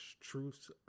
truths